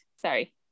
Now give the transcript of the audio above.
sorry